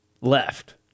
left